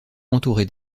entouré